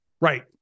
Right